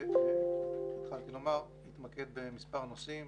התמקד במספר נושאים,